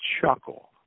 chuckle